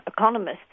economists